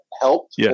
helped